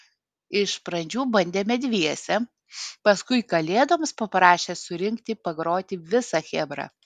iš pradžių bandėme dviese paskui kalėdoms paprašė surinkti pagroti visą chebrą